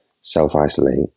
self-isolate